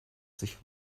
sich